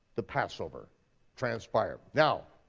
the passover transpired. now,